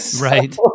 Right